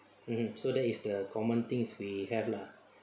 mmhmm so that is the common thing we have lah